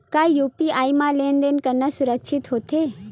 का यू.पी.आई म लेन देन करना सुरक्षित होथे?